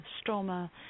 stroma